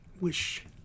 wish